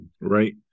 right